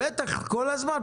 בטח, כל הזמן.